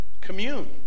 commune